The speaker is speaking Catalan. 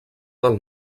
del